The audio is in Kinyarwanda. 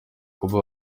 kuba